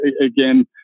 again